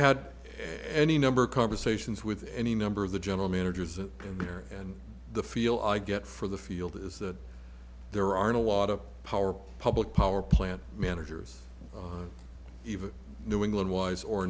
had any number of conversations with any member of the general managers an ear and the feel i get for the field is that there are a lot of power public power plant managers even new england wise or